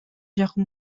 жакын